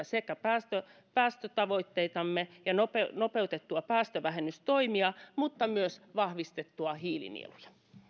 sekä kiristettyä päästötavoitteitamme ja nopeutettua päästövähennystoimia että myös vahvistettua hiilinieluja